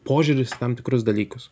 požiūris į tam tikrus dalykus